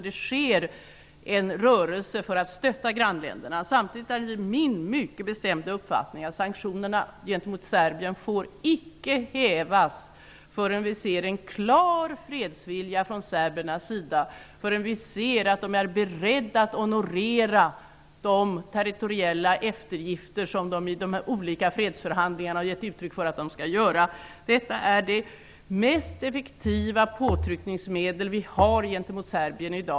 Det pågår en rörelse för att stötta grannländerna. Samtidigt är det min mycket bestämda uppfattning att sanktionerna gentemot Serbien icke får hävas innan vi ser en klar fredsvilja från serbernas sida och innan vi ser att de är beredda att honorera de territoriella eftergifter som de i de olika fredsförhandlingarna har gett uttryck för att de skall göra. Detta är det mest effektiva påtryckningsmedel vi i dag har gentemot Serbien.